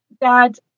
dad